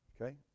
Okay